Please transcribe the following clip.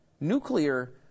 nuclear